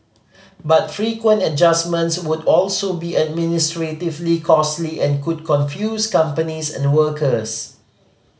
but frequent adjustments would also be administratively costly and could confuse companies and workers